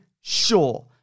sure